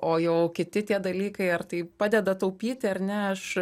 o jau kiti tie dalykai ar tai padeda taupyti ar ne aš